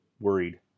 worried